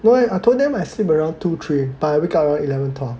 no eh I told them I sleep around two three but I wake up around eleven twelve